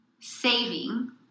Saving